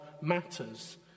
matters